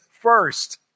first